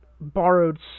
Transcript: borrowed